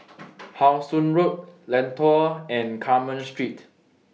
How Sun Road Lentor and Carmen Street